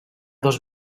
dos